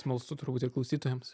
smalsu turbūt ir klausytojams